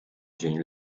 dzień